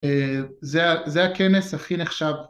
זה הכנס הכי נחשב